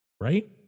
Right